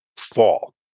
fall